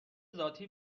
ذاتی